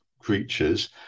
creatures